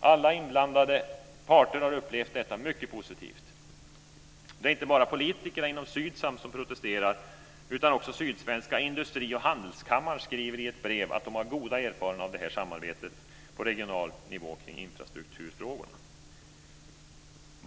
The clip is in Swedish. Alla inblandade parter har upplevt detta mycket positivt. Det är inte bara politikerna inom Sydsam som protesterar, utan också Sydsvenska Industri och Handelskammaren skriver i ett brev att de har goda erfarenheter av samarbetet på regional nivå kring infrastrukturfrågorna.